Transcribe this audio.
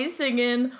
singing